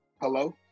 hello